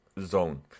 Zone